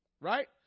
Right